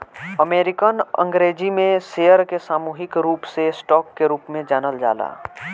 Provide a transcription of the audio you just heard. American अंग्रेजी में share के सामूहिक रूप से स्टॉक के रूप में जानल जाला